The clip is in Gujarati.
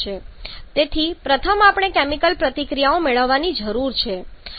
તેથી પ્રથમ આપણે કેમિકલ પ્રતિક્રિયા મેળવવાની જરૂર છે